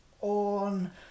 on